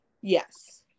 Yes